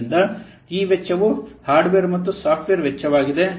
ಆದ್ದರಿಂದ ಈ ವೆಚ್ಚವು ಹಾರ್ಡ್ವೇರ್ ಮತ್ತು ಸಾಫ್ಟ್ವೇರ್ ವೆಚ್ಚವಾಗಿದೆ